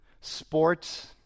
sports